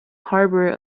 harbor